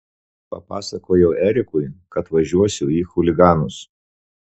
papasakojau erikui kad važiuosiu į chuliganus